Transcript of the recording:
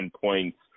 points